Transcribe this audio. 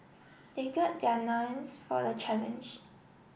they gird their loins for the challenge